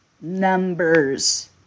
numbers